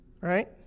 Right